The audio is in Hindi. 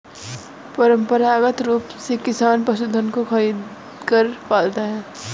परंपरागत रूप से किसान पशुधन को खरीदकर पालता है